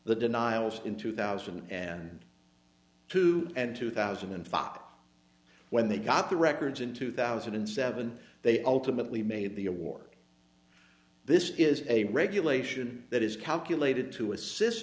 the denials in two thousand and two and two thousand and five when they got the records in two thousand and seven they ultimately made the award this is a regulation that is calculated to assist